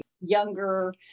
younger